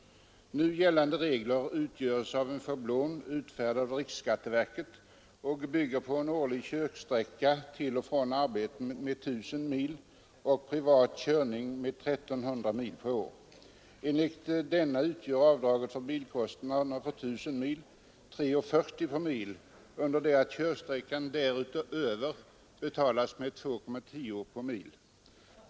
Nu gällande regler utgörs av en schablon, utfärdad av riksskatteverket, som bygger på en årlig körsträcka till och från arbetet på 1 000 mil och privat körning på 1 300 mil per år. Enligt denna schablon utgör avdraget för bilkostnaderna för 1000 mil 3:40 kronor per mil, under det att körsträcka därutöver betalas med 2:10 kronor per mil.